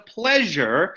pleasure